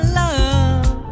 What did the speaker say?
love